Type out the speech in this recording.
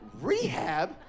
Rehab